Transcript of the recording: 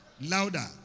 Louder